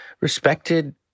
respected